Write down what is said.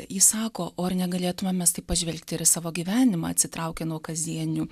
ji sako o ar negalėtume mes taip pažvelgti ir į savo gyvenimą atsitraukę nuo kasdienių